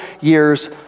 years